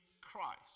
Christ